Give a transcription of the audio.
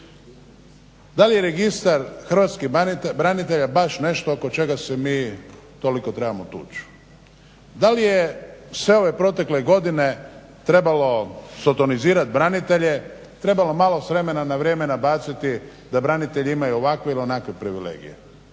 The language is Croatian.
Da li je Registar hrvatskih branitelja baš nešto oko čega se mi toliko trebamo tući? Da li je sve ove protekle godine trebalo sotonizirati branitelje, trebalo malo s vremena na vrijeme nabaciti da branitelji imaju ovakve ili onakve privilegije?